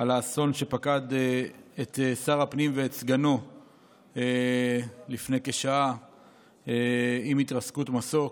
על האסון שפקד את שר הפנים ואת סגנו לפני כשעה עם התרסקות מסוק.